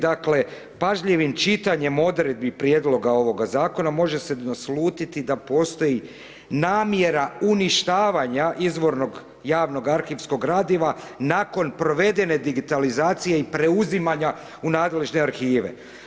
Dakle, pažljivim čitanjem odredbi prijedloga ovoga zakona može se naslutiti da postoji namjera uništavanja izvornog javnog arhivskog gradiva nakon provedene digitalizacije i preuzimanja u nadležne arhive.